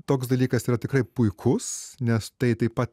toks dalykas yra tikrai puikus nes tai taip pat